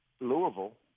Louisville